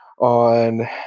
on